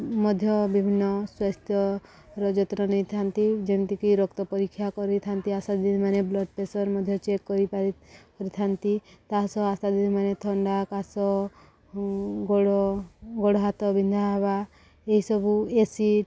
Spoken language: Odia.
ମଧ୍ୟ ବିଭିନ୍ନ ସ୍ୱାସ୍ଥ୍ୟର ଯତ୍ନ ନେଇଥାନ୍ତି ଯେମିତିକି ରକ୍ତ ପରୀକ୍ଷା କରିଥାନ୍ତି ଆଶା ଦିନି ମାନେ ବ୍ଲଡ଼ ପ୍ରେସର ମଧ୍ୟ ଚେକ୍ କରିପାରି କରିଥାନ୍ତି ତା ସହ ଆଶା ଦିଦି ମାନେ ଥଣ୍ଡା କାଶ ଗୋଡ଼ ଗୋଡ଼ ହାତ ବିନ୍ଧା ହବା ଏହିସବୁ ଏସିଡ଼